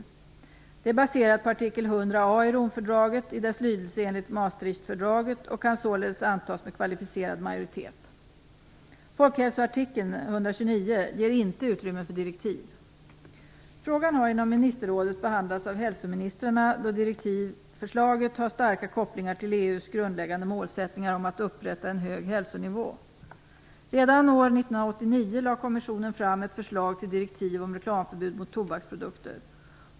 Det är baserat på artikel 100 A i Romfördraget i dess lydelse enligt Maastrichtfördraget och kan således antas med kvalificerad majoritet. Folkhälsoartikeln 129 ger inte utrymme för direktiv. Frågan har inom ministerrådet behandlats av hälsoministrarna då direktivförslaget har starka kopplingar till EU:s grundläggande målsättningar om att upprätta en hög hälsonivå. Redan år 1989 lade kommissionen fram ett förslag till direktiv om reklamförbud mot tobaksprodukter.